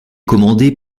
commandée